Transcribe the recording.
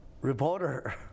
Reporter